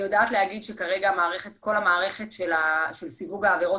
אני יודעת להגיד שכרגע כל המערכת של סיווג העבירות